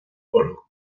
orthu